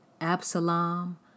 Absalom